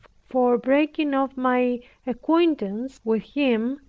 for breaking off my acquaintance with him,